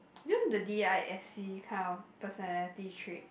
you know the D_I_S_C kind of personality trait